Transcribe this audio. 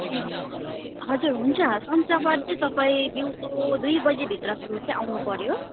ए हो हजुर हुन्छ शनिवार चाहिँ तपाईँ दिउँसो दुई बजी भित्रसम्म चाहिँ आउनु पर्यो